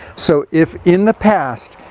so if in the past,